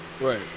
Right